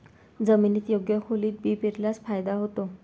जमिनीत योग्य खोलीत बी पेरल्यास फायदा होतो